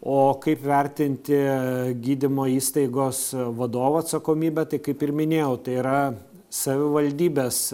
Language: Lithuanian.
o kaip vertinti gydymo įstaigos vadovo atsakomybę tai kaip ir minėjau tai yra savivaldybės